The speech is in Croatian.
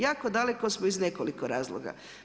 Jako daleko smo iz nekoliko razloga.